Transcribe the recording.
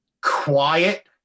quiet